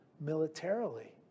militarily